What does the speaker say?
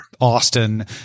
Austin